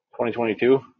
2022